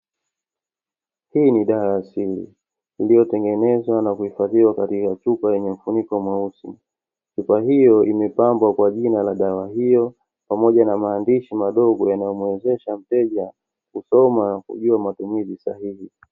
Hii ni dawa asili iliyotengenezwa na kuhifadhiwa katika chupa yenye mfuniko mweusi. Chupa hiyo imepambwa kwa jina la dawa hiyo, pamoja na maandishi madogo yanayomuwezesha mteja kusoma na kujua matumizi sahihi.